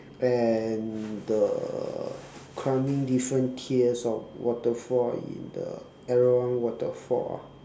and the climbing different tiers of waterfall in the erawan waterfall ah